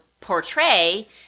portray